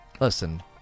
listen